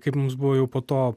kaip mums buvo jau po to